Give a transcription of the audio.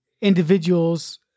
individuals